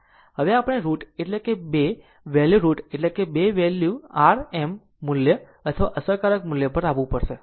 હવે હવે આપણે રુટ એટલે 2 વેલ્યુ રુટ એટલે 2 વેલ્યુ આર એમ મૂલ્ય અથવા અસરકારક મૂલ્ય પર આવવું પડશે